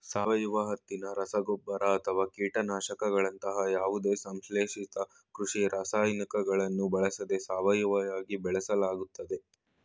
ಸಾವಯವ ಹತ್ತಿನ ರಸಗೊಬ್ಬರ ಅಥವಾ ಕೀಟನಾಶಕಗಳಂತಹ ಯಾವುದೇ ಸಂಶ್ಲೇಷಿತ ಕೃಷಿ ರಾಸಾಯನಿಕಗಳನ್ನು ಬಳಸದೆ ಸಾವಯವವಾಗಿ ಬೆಳೆಸಲಾಗ್ತದೆ